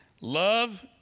Love